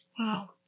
Wow